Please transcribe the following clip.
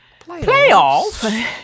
Playoffs